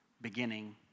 beginning